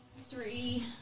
Three